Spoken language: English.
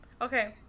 Okay